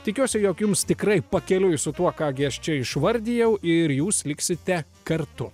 tikiuosi jog jums tikrai pakeliui su tuo ką gi aš čia išvardijau ir jūs liksite kartu